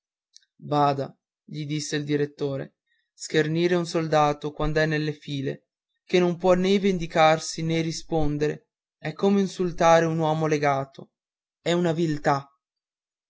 bada gli disse il direttore schernire un soldato quand'è nelle file che non può né vendicarsi né rispondere è come insultare un uomo legato è una viltà